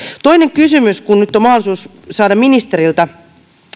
toinen kysymys kun nyt on mahdollisuus saada ministeriltä